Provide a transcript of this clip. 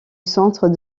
centre